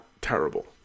terrible